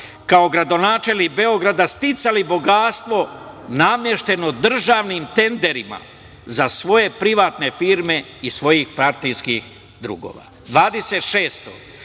kao gradonačelnik Beograda sticali bogatstvo namešteno državnim tenderima za svoje privatne firme i svojih partijskih drugova? Pitanje